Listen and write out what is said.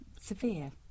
severe